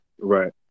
Right